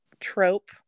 trope